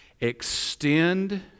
extend